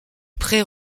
pré